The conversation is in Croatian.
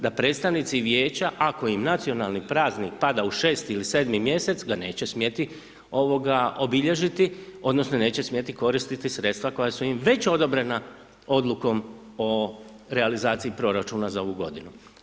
Da predstavnici vijeća, ako im nacionalni praznik pada u 6 ili 7 mjesec, ga neće smjeti obilježiti odnosno neće smjeti koristiti sredstva koja su im već odobrena odlukom o realizaciji proračuna za ovu godinu.